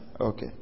Okay